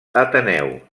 ateneu